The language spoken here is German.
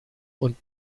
und